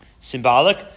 Symbolic